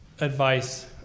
advice